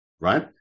right